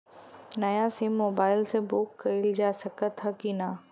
नया SIM mobile से book कइलजा सकत ह कि ना?